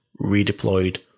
redeployed